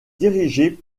dirigée